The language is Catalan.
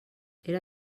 era